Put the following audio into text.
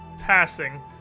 passing